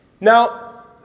Now